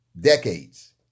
decades